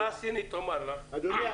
החברה הסינית תאמר לך -- אדוני,